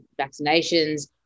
vaccinations